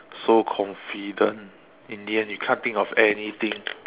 so confident in the end you can't think of anything